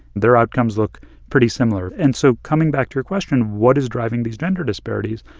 their outcomes look pretty similar. and so coming back to your question, what is driving these gender disparities?